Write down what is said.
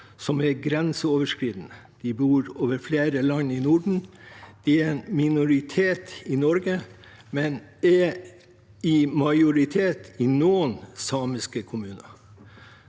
De er grenseoverskridende. De bor over flere land i Norden og er en minoritet i Norge, men er i majoritet i noen samiske kommuner.